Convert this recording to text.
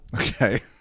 Okay